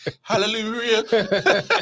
Hallelujah